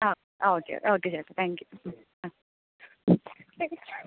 ആ ആ okay okay ചേട്ടാ താങ്ക് യൂ ആ എനിയ്ക്കാ